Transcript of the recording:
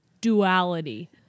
Duality